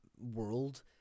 world